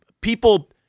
people